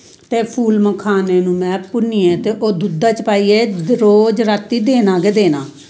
ते फुल खाने नू में भुन्नियैं ते ओह् दुध्दा च पाइयै रोज रात्ती देना गै देना